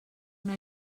una